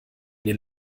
den